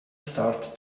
start